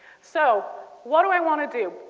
so what do i want to do?